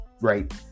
right